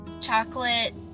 chocolate